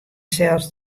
sels